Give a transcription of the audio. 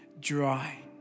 dry